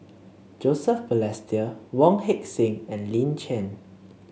Joseph Balestier Wong Heck Sing and Lin Chen